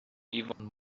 even